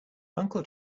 uncle